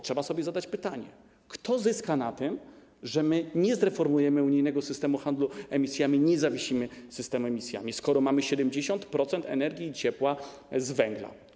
Trzeba zadać pytanie: Kto zyska na tym, że nie zreformujemy unijnego systemu handlu emisjami, nie zawiesimy systemu emisjami, skoro mamy 70% energii i ciepła z węgla?